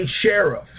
sheriff